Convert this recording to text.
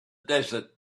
desert